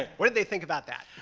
and what'd they think about that?